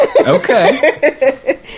Okay